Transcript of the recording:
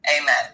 Amen